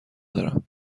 دارم